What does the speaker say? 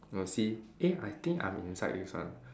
to see eh I think I'm inside this one